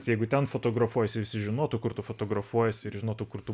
jeigu ten fotografuojiesi visi žinotų kur tu fotografuojiesi ir žinotų kur tu